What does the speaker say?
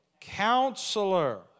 Counselor